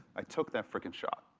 i took that fricking shot.